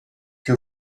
que